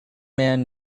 man